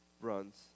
runs